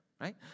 right